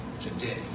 today